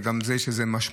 וגם לזה יש משמעות.